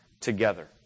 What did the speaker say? together